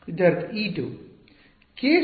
ವಿದ್ಯಾರ್ಥಿ e2